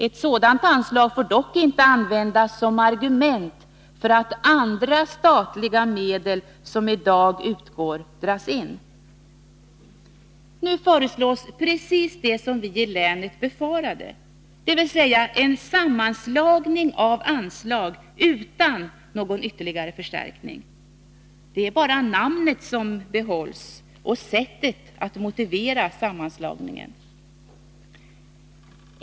Ett sådant anslag får dock inte användas som argument för att andra statliga medel, som i dag utgår dras in.” Nu föreslås precis det som vi i länet befarade, dvs. en sammanslagning av anslag utan någon ytterligare förstärkning. Det är bara namnet som behålls och sättet att motivera sammanslagningen.